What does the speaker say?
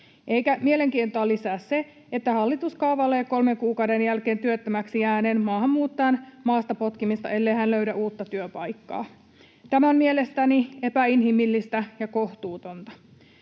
eikä mielenkiintoa lisää se, että hallitus kaavailee kolmen kuukauden jälkeen työttömäksi jääneen maahanmuuttajan maasta potkimista, ellei hän löydä uutta työpaikkaa. Tämä on mielestäni epäinhimillistä ja kohtuutonta.